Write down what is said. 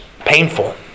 painful